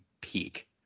peak